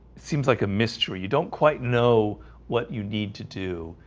seems like a mystery. you don't quite know what you need to do.